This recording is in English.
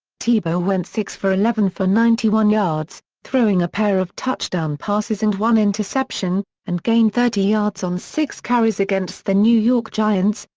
tebow went six for eleven for ninety one yards, throwing a pair of touchdown passes and one interception, and gained thirty yards on six carries against the new york giants,